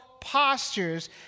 postures